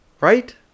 right